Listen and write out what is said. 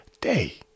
day